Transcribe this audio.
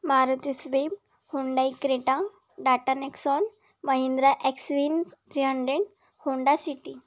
मारुती स्वीप Hyundai Creta Tata Nexon Mahindra XUV three hundred Honda city